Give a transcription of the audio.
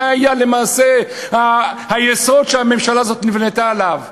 זה היה למעשה היסוד שהממשלה הזאת נבנתה עליו,